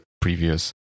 previous